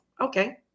Okay